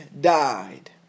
died